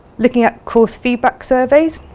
looking at course feedback surveys,